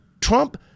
Trump